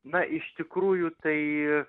na iš tikrųjų tai